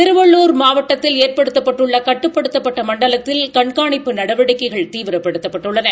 திருவள்ளுவர் மாவட்டத்தில் ஏற்படுத்தப்பட்டுள்ள கட்டுப்படுத்தப்பட்ட மண்டலத்தில் கண்காணிப்பு நடவடிக்கைகள் தீவிரப்படுத்தப்பட்டுள்ளன